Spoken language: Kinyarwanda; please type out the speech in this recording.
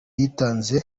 yatinze